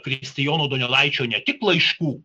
kristijono donelaičio ne tik laiškų